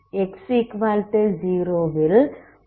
x 0 வில் boundary 0 ஆகும்